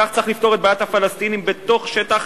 כך צריך לפתור את בעיית הפלסטינים בתוך שטח,